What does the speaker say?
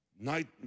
Night